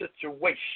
situation